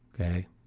Okay